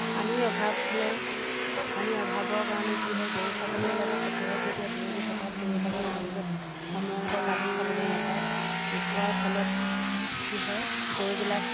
পানীৰ অভাৱ হ'লে পানীৰ অভাৱৰ কাৰণে কি হয় গৰু ছাগলীবিলাকে পথাৰত যেতিয়া দূৰণি পথাৰত চৰি থাকে তেওঁলোকে সময়মতে পানী খাবলৈ নাপায় নোপোৱাৰ ফলত কি হয় গৰুবিলাক